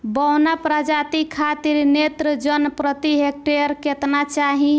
बौना प्रजाति खातिर नेत्रजन प्रति हेक्टेयर केतना चाही?